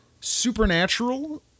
supernatural